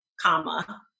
comma